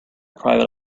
private